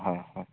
হয় হয়